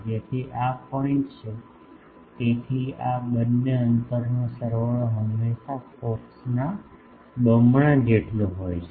તેથી આ પોઇન્ટ છે તેથી આ બંને અંતરનો સરવાળો હંમેશાં ફોકસના બમણા જેટલો હોય છે